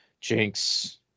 Jinx